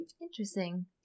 Interesting